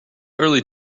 early